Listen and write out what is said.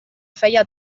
feia